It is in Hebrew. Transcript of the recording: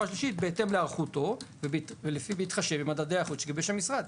השלישית בהתאם להיערכותו ובהתחשב במדדי האיכות שגיבש המשרד.